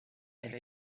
elle